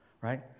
right